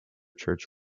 church